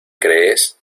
crees